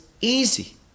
easy